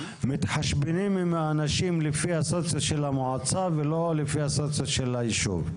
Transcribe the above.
מתחשבנים עם האנשים לפי הסוציו של המועצה ולא לפי הסוציו של הישוב.